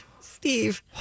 steve